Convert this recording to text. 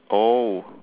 oh